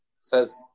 Says